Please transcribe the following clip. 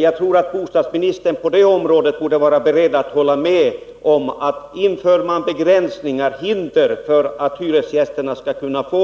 Jag tror att bostadsministern är beredd att hålla med mig om att införandet av begränsningar och hinder för hyresgästernas